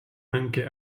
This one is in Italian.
anche